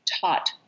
taught